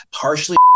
partially